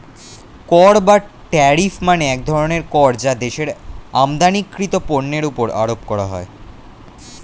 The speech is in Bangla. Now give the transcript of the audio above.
কর বা ট্যারিফ মানে এক ধরনের কর যা দেশের আমদানিকৃত পণ্যের উপর আরোপ করা হয়